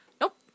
Nope